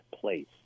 place